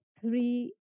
three